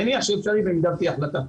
אני מניח שזה אפשרי במידה שתהיה החלטה.